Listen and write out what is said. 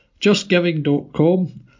justgiving.com